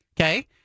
Okay